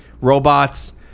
robots